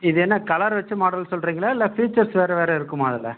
இது என்ன கலர் வைத்து மாடல் சொல்கிறீங்களா இல்லை ஃபீச்சர்ஸ் வேறு வேறு இருக்குமா அதில்